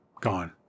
gone